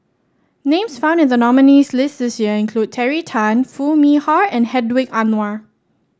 names found in the nominees' list this year include Terry Tan Foo Mee Har and Hedwig Anuar